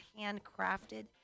handcrafted